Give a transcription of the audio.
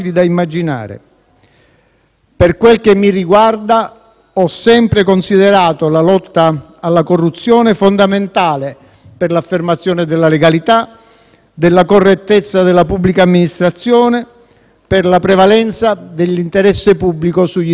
Per quel che mi riguarda, ho sempre considerato la lotta alla corruzione fondamentale per l'affermazione della legalità, della correttezza della pubblica amministrazione, per la prevalenza dell'interesse pubblico sugli interessi privati.